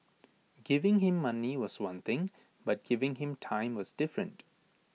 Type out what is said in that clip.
giving him money was one thing but giving him time was different